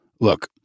look